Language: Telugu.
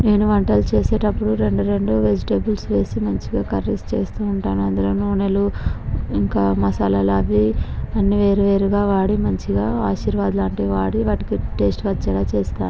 నేను వంటలు చేసేటప్పుడు రెండు రెండు వెజిటేబుల్స్ వేసి మంచిగా కర్రీస్ చేస్తుంటాను అందులో నూనెలు ఇంకా మసాలాలు అవి అన్నీ వేరువేరుగా వాడి మంచిగా ఆశీర్వాద్ లాంటివి వాడి వాటికి టేస్ట్ వచ్చేలా చేస్తాను